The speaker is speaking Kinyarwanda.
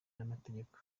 n’amategeko